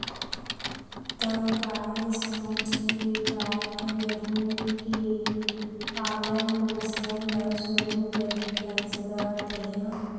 त काय सोच के गाय गरु के पालन पोसन ल शुरू करे हस गा तेंहा?